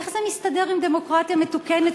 איך זה מסתדר עם דמוקרטיה מתוקנת,